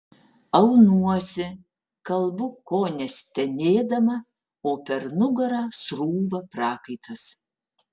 aunuosi kalbu kone stenėdama o per nugarą srūva prakaitas